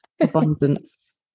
abundance